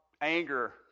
anger